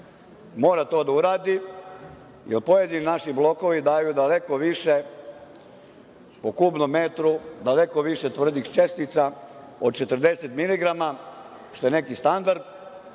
mora to da uradi, jer pojedini naši blokovi daju daleko više po kubnom metru, daleko više tvrdih čestica od 40 miligrama, što je neki standard.